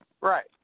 Right